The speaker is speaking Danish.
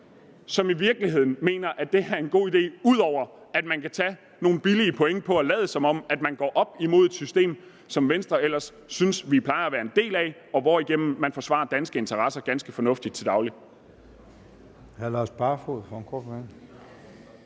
som i virkeligheden mener, at det her er en god idé, ud over at man kan tage nogle billige point på at lade, som om man går op imod et system, som Venstre ellers synes vi plejer at være en del af, og hvorigennem man forsvarer danske interesser ganske fornuftigt til daglig.